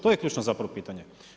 To je ključno zapravo pitanje.